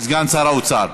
סגן שר האוצר.